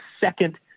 second